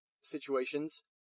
situations